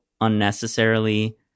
unnecessarily